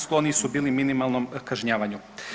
Skloniji su bili minimalnom kažnjavanju.